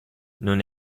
non